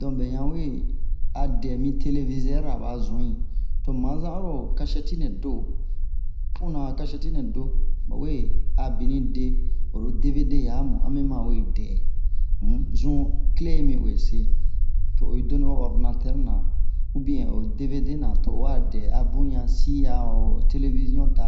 don bɛ han we a dɛ mi televizɛr ra ba zu'i to mu ma zan oro kasɛti nɛ do puna kasɛti nɛ do ba we a bini de oro devede ya mu a mi ma we dɛ um o zun kle yi mi uwe se to oyi do ni o ordinatɛr na u bien o devede na to o wa dɛ a bun han si a ho televizion ta